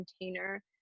container